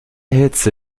hitze